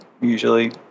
usually